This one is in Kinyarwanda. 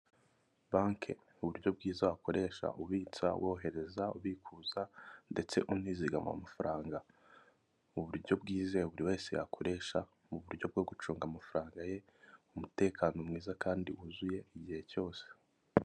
Banki uburyo bwiza ukoresha ubitsa wohereza ubikuza ndetse unizigama amafaranga, mu buryo bwizewe buri wese akoresha mu buryo bwo gucunga amafaranga ye, umutekano mwiza kandi wuzuye igihe cyose.